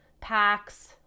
packs